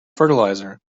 fertilizer